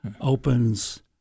opens